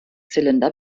zylinder